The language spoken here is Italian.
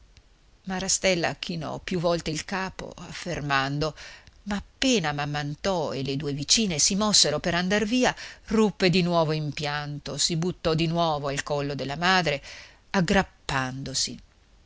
vero marastella chinò più volte il capo affermando ma appena mamm'anto e le due vicine si mossero per andar via ruppe di nuovo in pianto si buttò di nuovo al collo della madre aggrappandosi